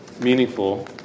meaningful